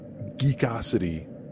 geekosity